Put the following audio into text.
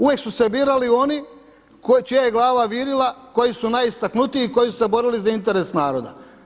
Uvijek su se birali oni čija je glava virila, koji su najistaknutiji, koji su se borili za interes naroda.